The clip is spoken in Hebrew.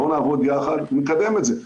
בואו נעבוד יחד, נקדם את זה.